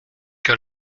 que